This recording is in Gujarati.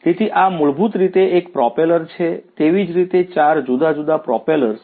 તેથી આ મૂળભૂત રીતે એક પ્રોપેલર છે તેવી જ રીતે ચાર જુદા જુદા પ્રોપેલર્સ છે